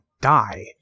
die